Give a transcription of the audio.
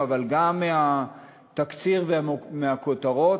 אבל גם מהתקציר ומהכותרות,